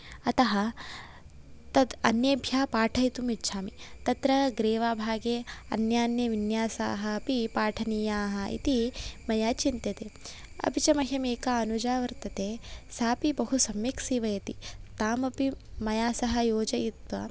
अतः तत् अन्येभ्यः पाठयितुम् इच्छामि तत्र ग्रीवाभागे अन्यानि विन्यासाः अपि पाठनीयाः इति मया चिन्त्यते अपि च मह्यम् एका अनुजा वर्तते सा अपि बहु सम्यक् सीवयति ताम् अपि मया सह योजयित्वा